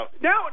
now